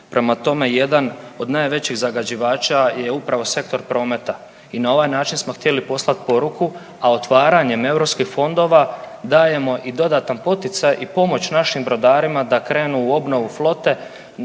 Prema tome, jedan od najvećih zagađivača je upravo sektor prometa i na ovaj način smo htjeli poslat poruku, a otvaranjem europskih fondova dajemo i dodatan poticaj i pomoć našim brodarima da krenu u obnovu flote